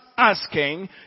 Asking